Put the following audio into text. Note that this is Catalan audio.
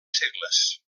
segles